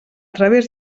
través